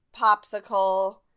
popsicle